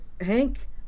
Hank